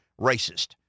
racist